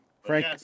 Frank